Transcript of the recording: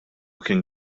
kien